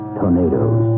tornadoes